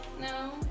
No